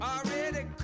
Already